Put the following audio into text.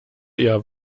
eher